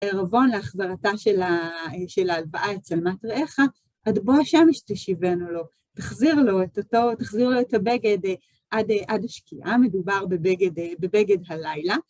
ערבון להחזרתה של ההלוואה את שלמת רעך, עד בוא השמש תשיבנו לו, תחזיר לו את הבגד עד השקיעה, מדובר בבגד הלילה.